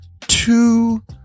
Two